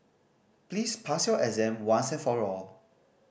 please pass your exam once and for all